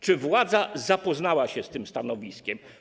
Czy władza zapoznała się z tym stanowiskiem?